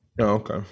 okay